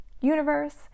universe